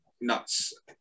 nuts